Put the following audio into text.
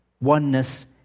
oneness